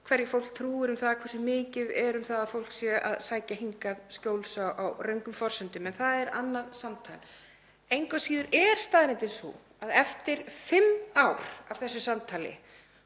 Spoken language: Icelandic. hverju fólk trúir um það hversu mikið sé um að fólk sæki hingað skjól á röngum forsendum. En það er annað samtal. Engu að síður er staðreyndin sú að eftir fimm ár af þessu samtali